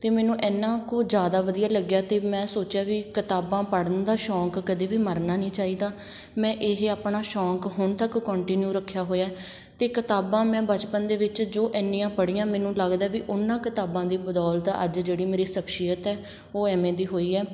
ਅਤੇ ਮੈਨੂੰ ਇੰਨਾ ਕੁ ਜ਼ਿਆਦਾ ਵਧੀਆ ਲੱਗਿਆ ਅਤੇ ਮੈਂ ਸੋਚਿਆ ਵੀ ਕਿਤਾਬਾਂ ਪੜ੍ਹਨ ਦਾ ਸ਼ੌਂਕ ਕਦੇ ਵੀ ਮਰਨਾ ਨਹੀਂ ਚਾਹੀਦਾ ਮੈਂ ਇਹ ਆਪਣਾ ਸ਼ੌਂਕ ਹੁਣ ਤੱਕ ਕੌਂਟੀਨਿਊ ਰੱਖਿਆ ਹੋਇਆ ਅਤੇ ਕਿਤਾਬਾਂ ਮੈਂ ਬਚਪਨ ਦੇ ਵਿੱਚ ਜੋ ਇੰਨੀਆਂ ਪੜ੍ਹੀਆਂ ਮੈਨੂੰ ਲੱਗਦਾ ਵੀ ਉਹਨਾਂ ਕਿਤਾਬਾਂ ਦੀ ਬਦੌਲਤ ਅੱਜ ਜਿਹੜੀ ਮੇਰੀ ਸਖਸ਼ੀਅਤ ਹੈ ਉਹ ਐਵੇਂ ਦੀ ਹੋਈ ਹੈ